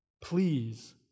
Please